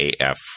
AF